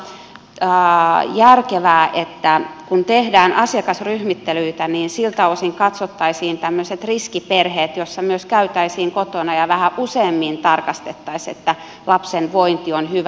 varmaan voi olla järkevää että kun tehdään asiakasryhmittelyitä niin siltä osin katsottaisiin tämmöiset riskiperheet joissa myös käytäisiin kotona ja vähän useammin tarkastettaisiin että lapsen vointi on hyvä